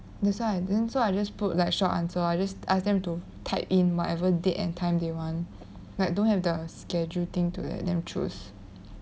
that's why I didn't so I just put like short answer lor I just ask them to type in whatever date and time they want like don't have the schedule thing to let them choose